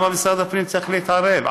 למה משרד הפנים צריך להתערב?